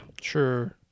sure